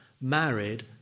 married